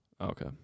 Okay